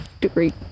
degree